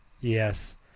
Yes